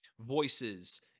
voices